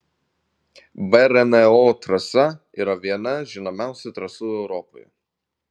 brno trasa yra viena žinomiausių trasų europoje